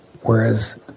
whereas